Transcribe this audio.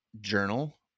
journal